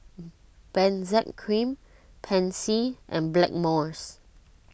Benzac Cream Pansy and Blackmores